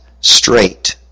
straight